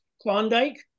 Klondike